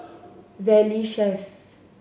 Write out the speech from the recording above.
Valley Chef